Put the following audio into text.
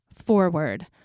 forward